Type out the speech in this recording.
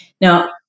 now